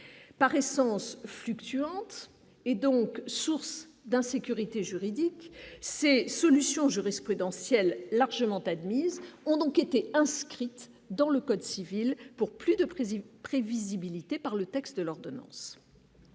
par essence fluctuante et donc source d'insécurité juridique, ces solutions jurisprudentielles largement admise, ont donc été inscrite dans le code civil pour plus de président prévisibilité par le texte de l'ordonnance.